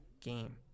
game